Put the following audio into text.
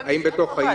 האם בתוך העיר?